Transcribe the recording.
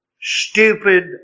stupid